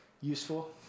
useful